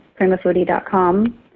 PrimaFoodie.com